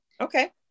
Okay